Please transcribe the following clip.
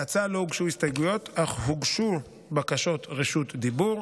להצעה לא הוגשו הסתייגויות אך הוגשו בקשות רשות דיבור.